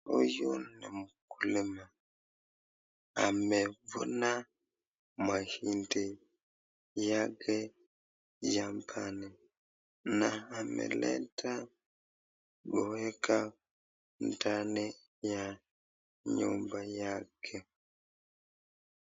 Huyu ni mkulima amefuna mahindi yake shambani na ameleta kuweka ndani ya nyumba yake.